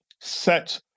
set